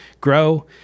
grow